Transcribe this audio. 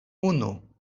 unu